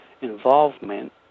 involvement